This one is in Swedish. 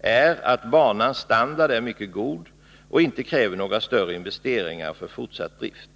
är att banans standard är mycket god och inte kräver några större investeringar för fortsatt drift.